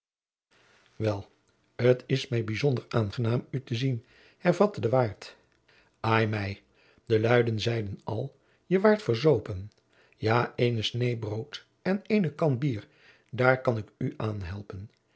wel t is mij bijzonder aangenaam oe te zien hervatte de waard ai mij de lui zeiden al je waart verzopen jaô eene sneê brood en eene kan bier daôr kan ik oe an